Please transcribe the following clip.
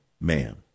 man